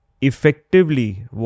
effectively